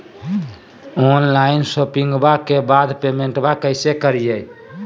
Online शोपिंग्बा के बाद पेमेंटबा कैसे करीय?